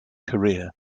career